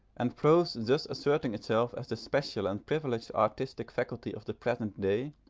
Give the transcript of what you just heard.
and prose thus asserting itself as the special and privileged artistic faculty of the present day,